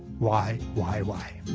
why, why, why?